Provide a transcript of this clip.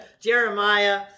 jeremiah